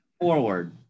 forward